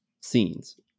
scenes